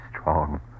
strong